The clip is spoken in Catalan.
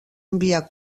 enviar